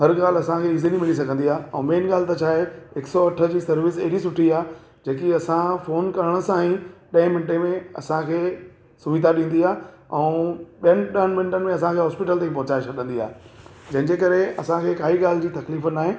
हर ॻाल्हि असांखे इज़ीली मिली सघंदी आहे ऐं मेन ॻाल्हि त छा आहे हिक सौ अठ जी सर्विस एॾी सुठी आहे जेकी असां फ़ोन करण सां ई ॾहें मिंटे में असांखे सुविधा ॾींदी आहे ऐं ॿियनि ॾह मिंटनि में असांखे हॉस्पिटल ताईं पोहचाए छॾींदी आहे जंहिंजे करे असांखे काई ॻाल्हि जूं तकलीफ़ न आहे